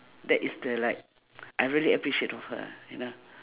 that is the like I really appreciate of her you know